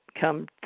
come